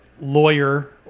lawyer